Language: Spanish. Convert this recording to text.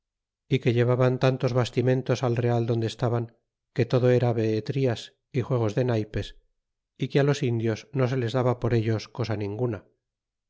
y que llevaban tantos basamentos al real donde es taban que todo era beetrias y juegos de naypes y que los indios no se les daba por ellos cosa ninguna